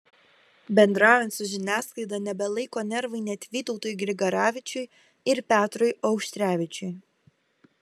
bendraujant su žiniasklaida nebelaiko nervai net vytautui grigaravičiui ir petrui auštrevičiui